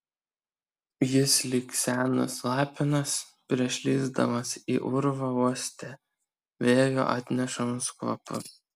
jis lyg senas lapinas prieš lįsdamas į urvą uostė vėjo atnešamus kvapus